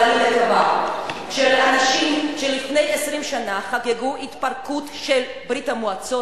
אבל אני מקווה שלאנשים שלפני 20 שנה חגגו את ההתפרקות של ברית-המועצות,